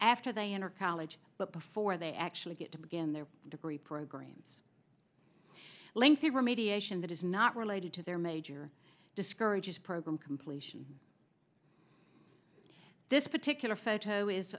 after they enter college but before they actually get to begin their degree programs lengthy remediation that is not related to their major discourages program completion this particular photo is